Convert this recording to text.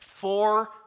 four